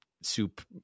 soup